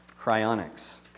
Cryonics